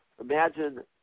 imagine